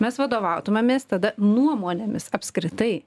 mes vadovautumėmės tada nuomonėmis apskritai